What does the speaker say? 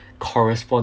correspond